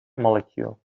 molecule